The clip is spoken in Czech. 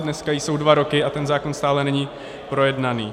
Dneska jsou jí dva roky a ten zákon stále není projednaný.